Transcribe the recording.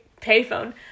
payphone